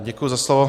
Děkuji za slovo.